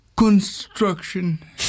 Construction